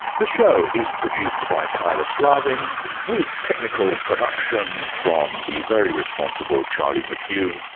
the show is produced by kyla slaven with technical production from the very responsible charlie mckune.